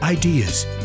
Ideas